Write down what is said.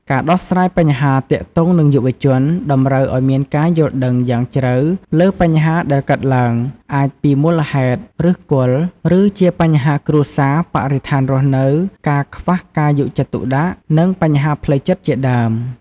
ការដោះស្រាយបញ្ហាទាក់ទងនឹងយុវជន តម្រូវឲ្យមានការយល់ដឹងយ៉ាងជ្រៅលើបញ្ហាដែលកើតឡើង អាចពីមូលហេតុឬសគល់ ដូចជាបញ្ហាគ្រួសារ បរិស្ថានរស់នៅ ការខ្វះការយកចិត្តទុកដាក់ និងបញ្ហាផ្លូវចិត្តជាដើម។